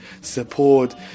support